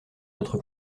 notre